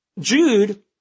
Jude